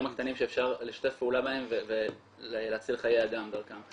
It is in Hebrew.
הקטנים שאפשר לשתף פעולה בהם ולהציל חיי אדם דרכם.